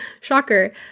Shocker